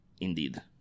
Indeed